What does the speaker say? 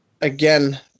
again